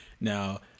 Now